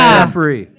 Jeffrey